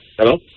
Hello